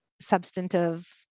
substantive